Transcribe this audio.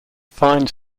fine